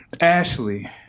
Ashley